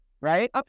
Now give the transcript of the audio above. right